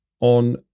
on